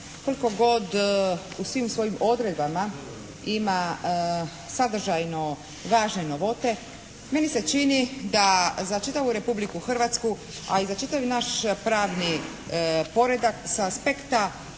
koliko god u svim svojim odredbama ima sadržajno važne novote meni se čini da za čitavu Republiku Hrvatsku a i za čitavi naš pravni poredak sa aspketa